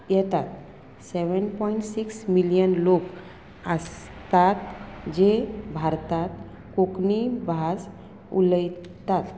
येतात seven point six million लोक आसतात जे भारतात कोंकणी भास उलयतात